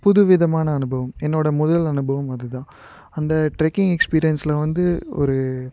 புதுவிதமான அனுபவம் என்னோட முதல் அனுபவம் அது தான் அந்த ட்ரெக்கிங் எக்ஸ்பீரியன்ஸில் வந்து ஒரு